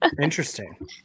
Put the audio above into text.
Interesting